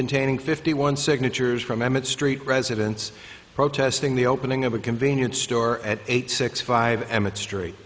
containing fifty one signatures from emmet street residents protesting the opening of a convenience store at eight six five emmett str